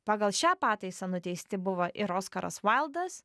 pagal šią pataisą nuteisti buvo ir oskaras vaildas